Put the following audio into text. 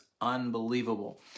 unbelievable